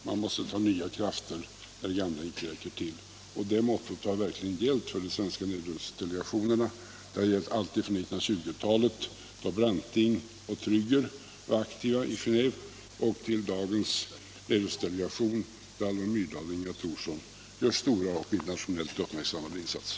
Man måste ta nya krafttag när de gamla inte räcker till. Det mottot har verkligen gällt för de svenska nedrustningsdelegationerna alltifrån 1920-talet, då Branting och Trygger var aktiva i Genéve, till dagens nedrustningsdelegation där Alva Myrdal har gjort och Inga Thorsson gör stora och internationellt uppmärksammade insatser.